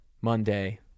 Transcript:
Monday